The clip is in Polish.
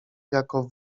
jako